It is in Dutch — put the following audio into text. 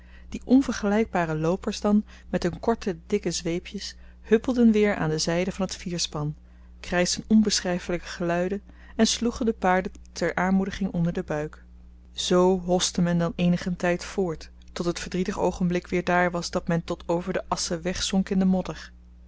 overeenkomt die onvergelykbare loopers dan met hun korte dikke zweepjes huppelden weer aan de zyde van het vierspan kreschen onbeschryfelyke geluiden en sloegen de paarden ter aanmoediging onder den buik z hoste men dan eenigen tyd voort tot het verdrietig oogenblik weer daar was dat men tot over de assen wegzonk in den modder